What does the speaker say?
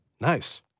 nice